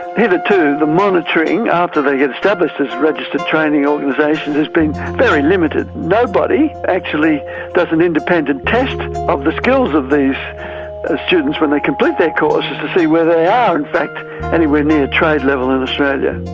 and hitherto the monitoring after they have established as registered training organisations has been very limited. nobody actually does an independence test of the skills of these ah students when they complete their courses to see whether they are in fact anywhere near trade level in australia.